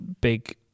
big